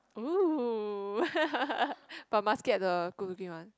oh but must get the good looking one